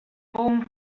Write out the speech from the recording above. form